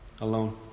Alone